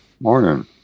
Morning